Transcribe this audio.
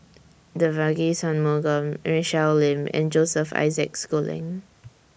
Devagi Sanmugam Michelle Lim and Joseph Isaac Schooling